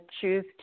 choose